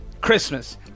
Christmas